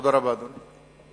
תודה רבה, אדוני.